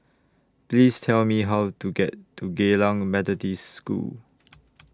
Please Tell Me How to get to Geylang Methodist School